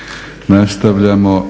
Nastavljamo